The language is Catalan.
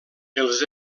els